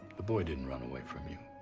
the boy didn't run away from you.